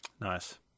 nice